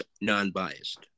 non-biased